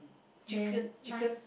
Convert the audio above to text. chicken chicken